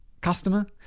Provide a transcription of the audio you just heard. customer